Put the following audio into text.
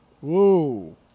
Whoa